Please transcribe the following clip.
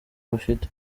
bafite